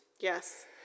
Yes